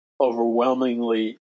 overwhelmingly